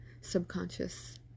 subconscious